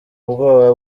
ubwoba